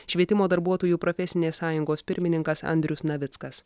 švietimo darbuotojų profesinės sąjungos pirmininkas andrius navickas